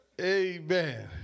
amen